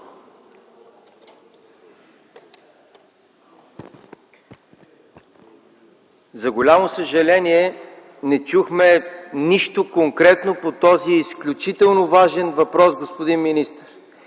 За голямо съжаление, не чухме нищо конкретно по този изключително важен въпрос, господин министър.